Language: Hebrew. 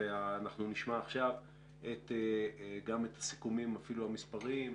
אנחנו נשמע עכשיו גם את הסיכומים, אפילו המספריים,